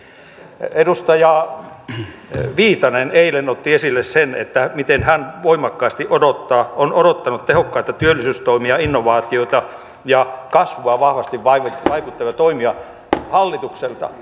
edustaja viitanen eilen otti esille sen miten hän voimakkaasti odottaa on odottanut tehokkaita työllisyystoimia innovaatioita ja kasvuun vahvasti vaikuttavia toimia hallitukselta